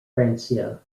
francia